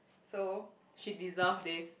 so she deserve this